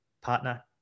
partner